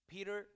Peter